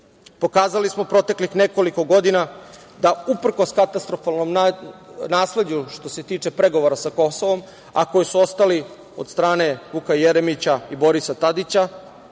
Pokazali smo proteklih nekoliko godina da uprkos katastrofalnom nasleđu što se tiče pregovora sa Kosovom a koji su ostali od strane Vuka Jeremića i Borisa Tadića